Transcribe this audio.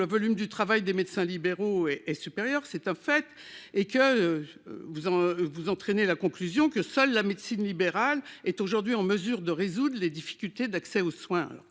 le volume du travail des médecins libéraux et et supérieur. C'est un fait et que. Vous en vous entraîner la conclusion que seule la médecine libérale est aujourd'hui en mesure de résoudre les difficultés d'accès aux soins.